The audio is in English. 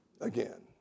again